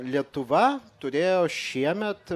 lietuva turėjo šiemet